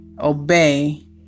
Obey